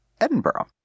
Edinburgh